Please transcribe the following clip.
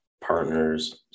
partner's